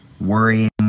worrying